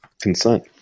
consent